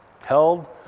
held